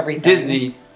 Disney